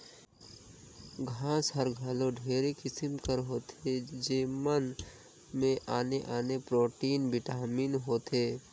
घांस हर घलो ढेरे किसिम कर होथे जेमन में आने आने प्रोटीन, बिटामिन होथे